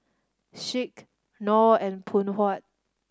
Schick Knorr and Phoon Huat